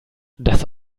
das